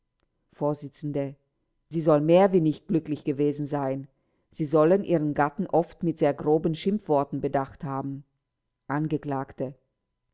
vors sie soll mehr wie nicht glücklich gewesen sein sie sollen ihren gatten oft mit sehr groben schimpfworten bedacht haben